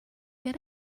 get